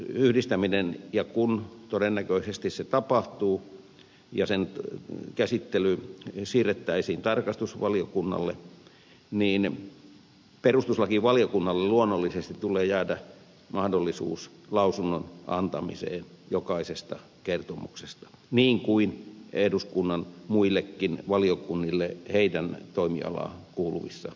jos ja kun yhdistäminen todennäköisesti tapahtuu ja kertomusten käsittely siirrettäisiin tarkastusvaliokunnalle niin perustuslakivaliokunnalle luonnollisesti tulee jäädä mahdollisuus lausunnon antamiseen jokaisesta kertomuksesta niin kuin eduskunnan muillekin valiokunnille niiden toimialaan kuuluvissa asioissa